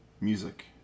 music